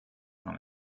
fan